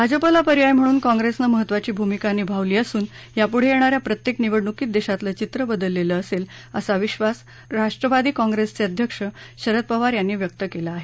भाजपला पर्याय म्हणून कॉंप्रेसने महत्वाची भूमिका निभावली असून यापुढे येणाऱ्या प्रत्येक निवडणूकीत देशातलं चित्रं बदलेलं असेल असा विश्वास राष्ट्रवादी कॉंग्रेसचे अध्यक्ष शरद पवार यांनी व्यक्त केला आहे